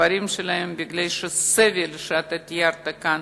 לכפרים שלהם, כי הסבל שאתה תיארת כאן